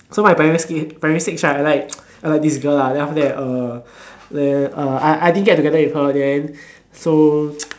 so my primary s~ primary six right I like I like this girl lah then after that uh then uh I I didn't get together with her then so